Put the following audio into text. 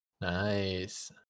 Nice